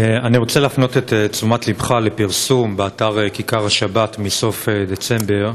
אני רוצה להפנות את תשומת ליבך לפרסום באתר "כיכר השבת" מסוף דצמבר,